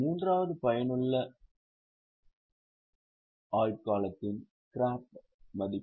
மூன்றாவது பயனுள்ள ஆயுட்காலத்தின் ஸ்கிராப் மதிப்பு